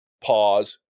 Pause